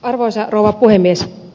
arvoisa rouva puhemies